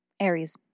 Aries